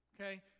Okay